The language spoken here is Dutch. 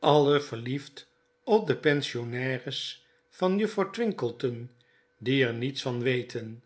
alien verliefd op de pensionnaires van juffrouw twinkleton die er niets van weten